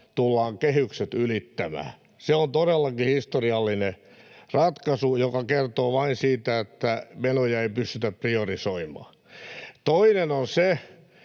tullaan ylittämään kehykset. Se on todellakin historiallinen ratkaisu, joka kertoo vain siitä, että menoja ei pystytä priorisoimaan. Toinen on se,